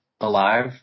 alive